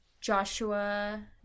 Joshua